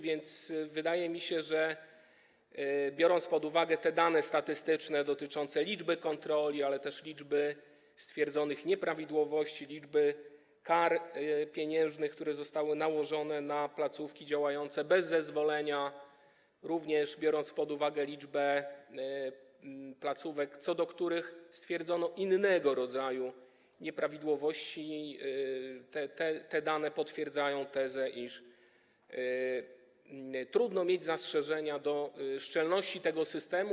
Wydaje mi się, że biorąc pod uwagę dane statystyczne dotyczące liczby kontroli, ale też liczby stwierdzonych nieprawidłowości i kar pieniężnych, które zostały nałożone na placówki działające bez zezwolenia, biorąc pod uwagę również liczbę placówek, co do których stwierdzono innego rodzaju nieprawidłowości, potwierdza się teza, iż trudno mieć zastrzeżenia do szczelności tego systemu.